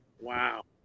Wow